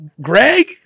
Greg